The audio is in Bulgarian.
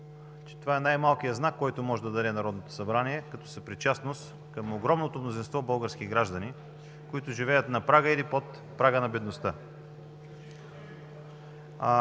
това е най-малкият знак, който може да даде Народното събрание като съпричастност към огромното мнозинство български граждани, които живеят на прага или под прага на бедността.